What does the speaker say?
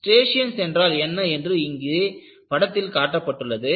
striations என்றால் என்ன என்று இங்கே படத்தில் காட்டப்பட்டுள்ளது